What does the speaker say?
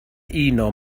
uno